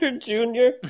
junior